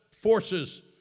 forces